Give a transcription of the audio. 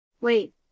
Wait